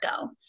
go